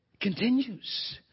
continues